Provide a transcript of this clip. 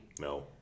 No